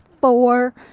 four